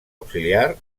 auxiliar